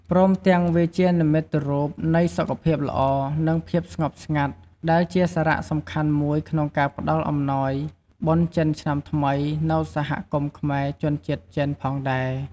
ព្រមទាំងវាជានិមិត្តរូបនៃសុខភាពល្អ និងភាពស្ងប់ស្ងាត់ ដែលជាសារៈសំខាន់មួយក្នុងការផ្ដល់អំណោយបុណ្យចិនឆ្នាំថ្មីនៅសហគមន៍ខ្មែរជនជាតិចិនផងដែរ។